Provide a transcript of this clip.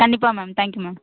கண்டிப்பாக ma'am thank you ma'am